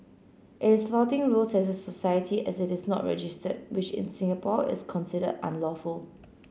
is flouting rules as a society as it is not registered which in Singapore is considered unlawful